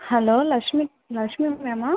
hello Lakshmi Lakshmi மேம்மா